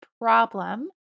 problem